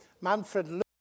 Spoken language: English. Manfred